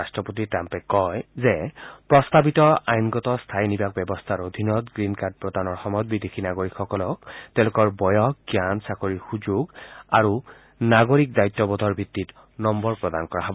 শ্ৰীট্ৰাম্পে কয় যে প্ৰস্তাবিত আইনগত স্থায়ী নিবাস ব্যৱস্থাৰ অধীনত গ্ৰীণ কাৰ্ড প্ৰদানৰ সময়ত বিদেশী নাগৰিকসকলক তেওঁলোকৰ বয়স জ্ঞান চাকৰিৰ সুযোগ আৰু নাগৰিক দায়িত্ববোধৰ ভিত্তিত নম্বৰ প্ৰদান কৰা হ'ব